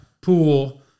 pool